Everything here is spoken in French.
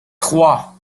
trois